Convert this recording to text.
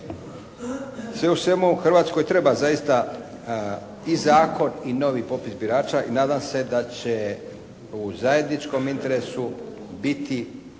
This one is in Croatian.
Sve u svemu Hrvatskoj treba zaista i zakon i novi popis birača i nadam se da će u zajedničkom interesu biti